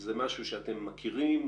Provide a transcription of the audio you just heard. זה משהו שאתם מכירים?